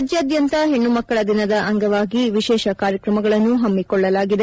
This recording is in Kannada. ರಾಜ್ಯಾದ್ಯಂತ ಹೆಣ್ಣುಮಕ್ಕಳ ದಿನದ ಅಂಗವಾಗಿ ವಿಶೇಷ ಕಾರ್ಯಕ್ರಮಗಳನ್ನು ಹಮ್ಮಿಕೊಳ್ಳಲಾಗಿದೆ